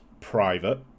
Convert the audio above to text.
private